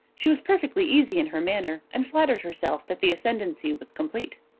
she was perfectly easy in her manner, and flattered herself that the ascendancy was complete.